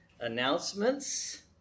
announcements